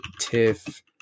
TIFF